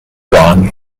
wrong